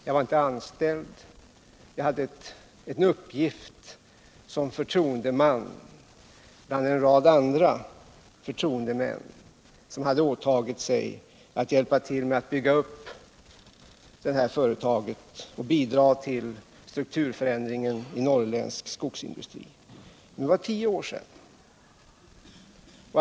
Jag var inte anställd — jag hade en uppgift som förtroendeman bland en rad andra förtroendemän som hade åtagit sig att hjälpa till att bygga upp företaget och bidra till strukturförändringen i norrländsk skogsindustri. Men det var tio år sedan.